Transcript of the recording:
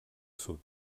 sud